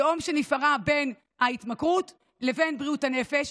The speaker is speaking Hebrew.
תהום שנפערה בין ההתמכרות לבין בריאות הנפש,